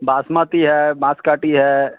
बासमती है बासमती है